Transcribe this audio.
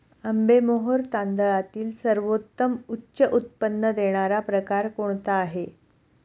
आंबेमोहोर तांदळातील सर्वोत्तम उच्च उत्पन्न देणारा प्रकार कोणता आहे?